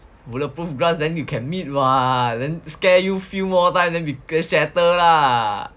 bulletproof glass then you can meet [what] then scare you few more times then shatter lah